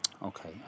Okay